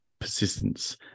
persistence